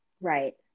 Right